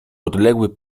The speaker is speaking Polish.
odległy